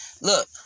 look